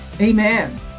Amen